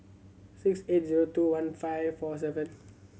six eight zero two one five four seven